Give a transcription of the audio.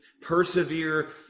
persevere